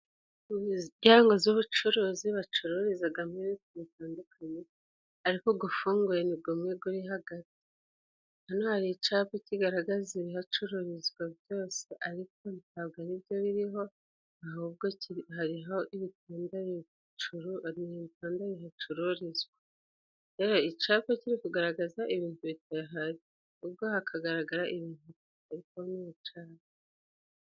Imiryango y'ubucuruzi bacururizamo ibintu bitandukanye, ariko ufunguye ni umwe uri hagati. Hano hari icyapa kigaragaza ibihacururizwa byose, ariko ntabwo ari byo biriho, ahubwo hariho ibitanda bihacururizwa. Icyapa kiri kugaragaza ibintu bidahari, ahubwo hakagaragara ibintu bitari kuboneka cyane.